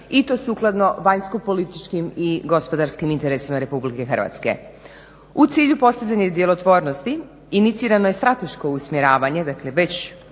i to sukladno vanjsko-političkim i gospodarskim interesima RH. U cilju postizanja djelotvornosti inicirano je strateško usmjeravanje. Dakle već